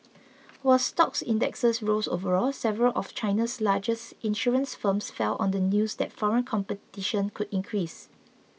while stock indexes rose overall several of China's largest insurance firms fell on the news that foreign competition could increase